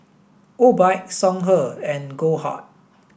Obike Songhe and Goldheart